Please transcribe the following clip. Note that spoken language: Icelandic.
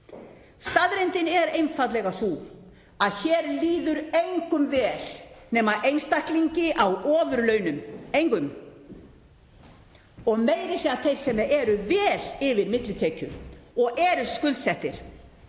Staðreyndin er einfaldlega sú að hér líður engum vel nema einstaklingi á ofurlaunum og meira að segja þeir sem eru vel yfir millitekjum og eru skuldsettir